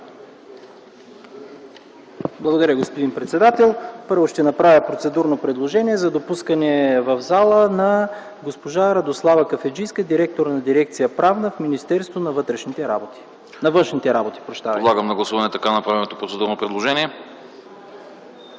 Благодаря, господин председател. Първо ще направя процедурно предложение за допускане в залата на госпожа Радослава Кафеджийска – директор на Дирекция „Правна” в Министерството на външните работи. ПРЕДСЕДАТЕЛ АНАСТАС АНАСТАСОВ: Подлагам на гласуване така направеното процедурно предложение.